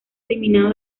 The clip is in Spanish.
eliminado